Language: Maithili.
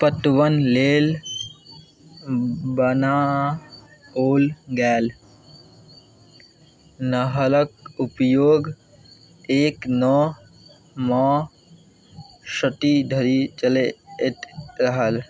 पटवन लेल बनाओल गेल नहरके उपयोग एक नओमे शतीधरि चलैत रहल